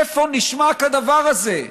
איפה נשמע כדבר הזה?